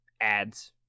ads